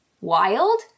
wild